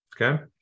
okay